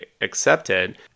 accepted